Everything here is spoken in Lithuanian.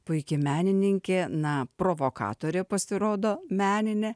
puiki menininkė na provokatorė pasirodo meninė